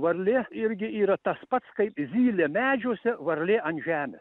varlė irgi yra tas pats kaip zylė medžiuose varlė ant žemės